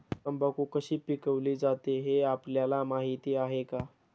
तंबाखू कशी पिकवली जाते हे आपल्याला माहीत आहे का?